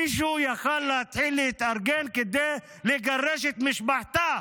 מישהו יכול היה להתחיל להתארגן כדי לגרש את משפחתה,